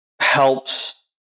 helps